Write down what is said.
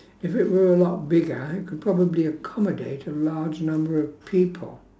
if it were a lot bigger it could probably accommodate a large number of people